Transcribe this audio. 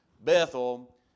Bethel